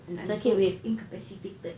and I'm so incapacitated